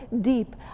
deep